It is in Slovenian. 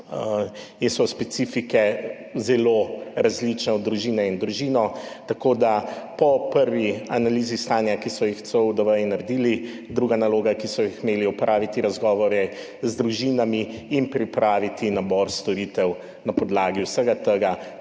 in so specifike zelo različne od družine do družine. Tako da je po prvi analizi stanja, ki so jih CUDV naredili, druga naloga, ki so jo imeli, opraviti razgovore z družinami in pripraviti nabor storitev na podlagi vsega tega.